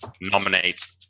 Nominate